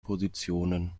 positionen